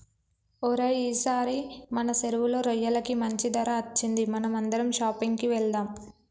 ఓరై ఈసారి మన సెరువులో రొయ్యలకి మంచి ధర అచ్చింది మనం అందరం షాపింగ్ కి వెళ్దాం